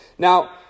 Now